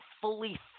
fully